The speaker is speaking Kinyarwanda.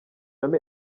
ane